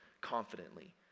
confidently